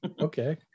okay